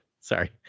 sorry